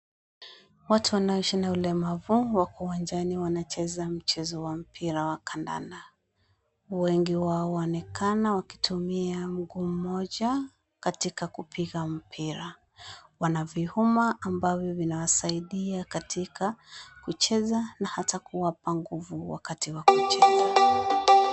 Watu wanaoishi na ulemavu wako uwanjani wanacheza mchezo wa mpira wa kandanda, wengi wao waonekana wakitumia mguu mmoja katika kupiga mpira, wana vyuma ambavyo vinawasaidia katika kucheza na hata kuwapa nguvu wakati wa kucheza.